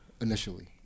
initially